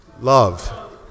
Love